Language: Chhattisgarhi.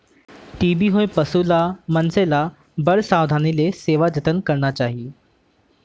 टी.बी होए पसु ल, मनसे ल बड़ सावधानी ले सेवा जतन करना चाही